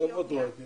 פרמדיקים